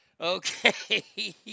Okay